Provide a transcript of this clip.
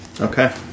Okay